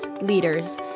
leaders